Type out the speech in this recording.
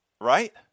Right